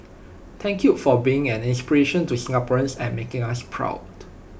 thank you for being an inspiration to Singaporeans and making us proud